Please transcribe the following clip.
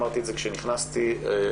אמרתי את זה כשנכנסתי לתפקיד,